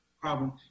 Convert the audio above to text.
problem